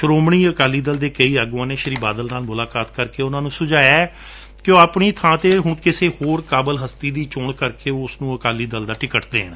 ਸ਼ਰੋਮਣੀ ਅਕਾਲੀ ਦਲ ਦੇ ਕਈ ਆਗੁਆਂ ਨੇ ਸ਼ੀ ਬਾਦਲ ਨਾਲ ਮੁਲਾਕਾਤ ਕਰਕੇ ਉਨਾਂ ਨੂੰ ਸੁਝਾਇਐ ਕਿ ਉਹ ਆਪਣੀ ਬਾਂ ਤੇ ਹੁਣ ਕਿਸੇ ਕਾਬਲ ਹਸਤੀ ਦੀ ਚੋਣ ਕਰਕੇ ਉਸ ਨੂੰ ਅਕਾਲੀ ਦਲ ਦਾ ਟਿਕਣ ਦੇਣ